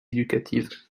éducatives